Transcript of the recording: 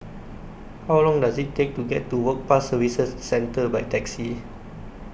How Long Does IT Take to get to Work Pass Services Centre By Taxi